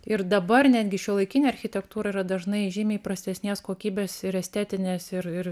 ir dabar netgi šiuolaikinė architektūra yra dažnai žymiai prastesnės kokybės ir estetinės ir ir